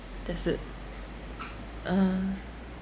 that's it uh